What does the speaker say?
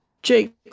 Jake